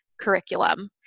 curriculum